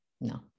no